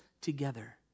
together